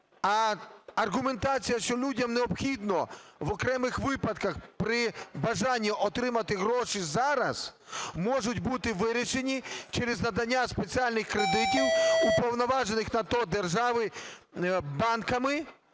А аргументація, що людям необхідно в окремих випадках при бажанні отримати гроші зараз, можуть бути вирішені через надання спеціальних кредитів уповноважених на то держави банками,